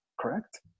correct